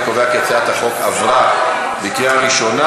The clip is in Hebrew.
אני קובע כי הצעת החוק עברה בקריאה ראשונה.